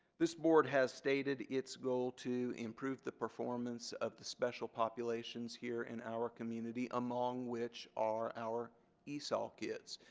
this board has stated its goal to improve the performance of the special populations here in our community among which are our esol kids.